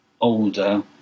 older